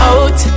Out